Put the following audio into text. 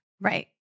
Right